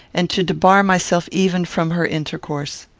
and to debar myself even from her intercourse.